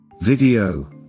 Video